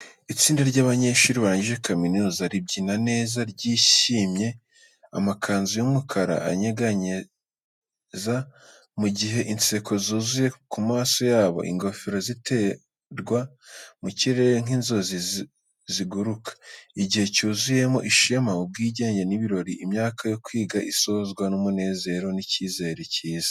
Itsinda ry’abanyeshuri barangije kaminuza ribyina neza ryishimye, amakanzu y'umukara anyeganyeza mu gihe inseko zuzuye ku maso yabo. Ingofero ziterwa mu kirere nk’inzozi ziguruka. Igihe cyuzuyemo ishema, ubwigenge n’ibirori, imyaka yo kwiga isozwa n’umunezero n’icyizere cyiza.